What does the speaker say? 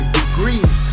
degrees